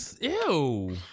ew